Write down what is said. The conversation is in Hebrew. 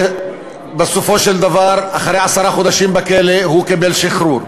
בסופו של דבר, אחרי עשרה חודשים, קיבל שחרור.